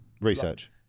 Research